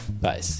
Bye